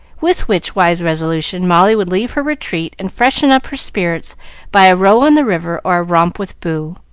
with which wise resolution, molly would leave her retreat and freshen up her spirits by a row on the river or a romp with boo,